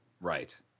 Right